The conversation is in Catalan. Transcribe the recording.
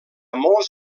molts